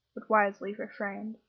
but wisely refrained.